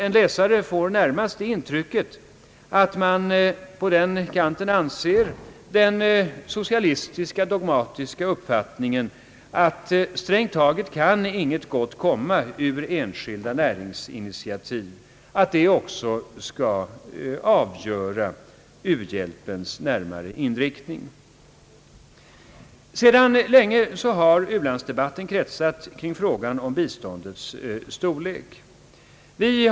En läsare får närmast det intrycket att man på den kanten anser att den socialistiska dogmatiska uppfattningen, att strängt taget intet gott kan komma ur enskilda näringsinitiativ, skall avgöra också u-hjälpens inriktning. Sedan länge har u-landsdebatten kretsat kring frågan om biståndets storlek.